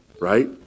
right